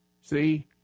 See